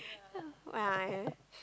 yeah